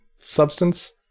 substance